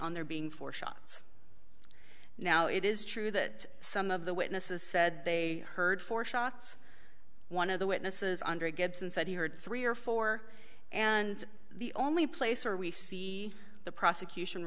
on there being four shots now it is true that some of the witnesses said they heard four shots one of the witnesses under gibson said he heard three or four and the only place where we see the prosecution